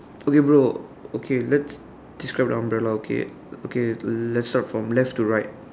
okay bro okay let's test our umbrella okay okay let's start from left to right